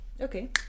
Okay